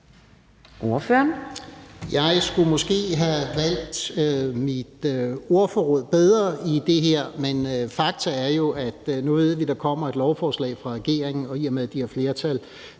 Jeg skulle måske have valgt et bedre ord her, men fakta er, at vi nu ved, at der kommer et lovforslag fra regeringen, og i og med at den har flertal